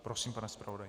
Prosím, pane zpravodaji.